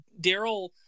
Daryl